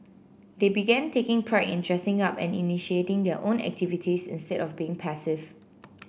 they began taking pride in dressing up and initiating their own activities instead of being passive